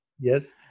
Yes